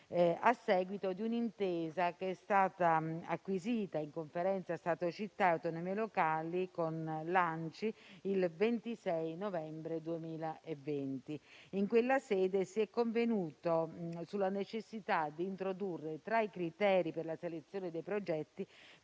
a seguito di un'intesa acquisita in sede di Conferenza Stato-città e autonomie locali con l'ANCI il 26 novembre 2020. In quella sede si è convenuto sulla necessità di introdurre, tra i criteri per la selezione dei progetti,